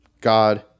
God